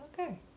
okay